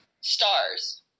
stars